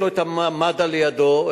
יש לו מד"א לידו,